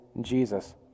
Jesus